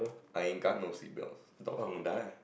I ain't got no seatbelt dog's gonna die